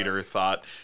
thought